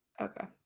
Okay